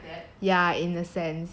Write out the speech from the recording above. ya in a sense ya